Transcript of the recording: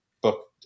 book